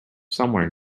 somewhere